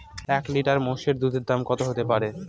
এক লিটার মোষের দুধের দাম কত হতেপারে?